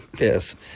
Yes